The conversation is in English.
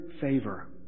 favor